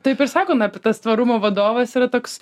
taip ir sakome apie tas tvarumo vadovas yra toks